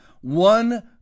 one